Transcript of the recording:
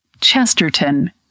Chesterton